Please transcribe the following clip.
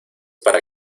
para